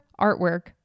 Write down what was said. artwork